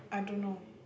I don't know